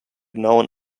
known